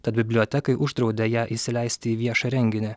tad bibliotekai uždraudė ją įsileisti į viešą renginį